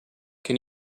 can